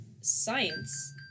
science